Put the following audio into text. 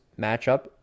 matchup